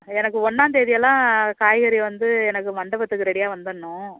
எனக்கு ஒன்னாம்தேதியெல்லாம் காய்கறி வந்து எனக்கு மண்டபத்துக்கு ரெடியாக வந்துடணும்